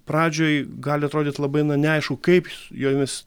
pradžioj gali atrodyt labai neaišku kaip su jomis